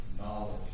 knowledge